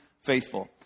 Faithful